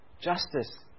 Justice